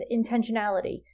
intentionality